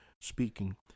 speaking